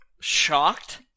shocked